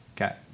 Okay